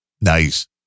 nice